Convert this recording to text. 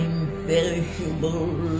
Imperishable